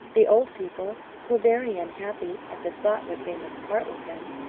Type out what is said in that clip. the old people were very unhappy at the thought that they must part with him,